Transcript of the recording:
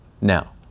Now